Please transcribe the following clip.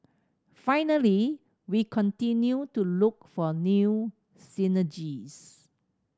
finally we continue to look for new synergies